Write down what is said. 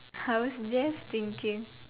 I was just thinking